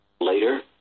later